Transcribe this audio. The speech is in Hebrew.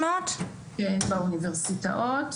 באוניברסיטאות.